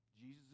Jesus